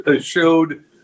showed